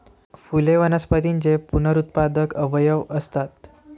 फुले वनस्पतींचे पुनरुत्पादक अवयव असतात